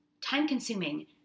time-consuming